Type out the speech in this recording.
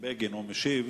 1022, 1029 ו-1051 בנושא: